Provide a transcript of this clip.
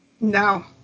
No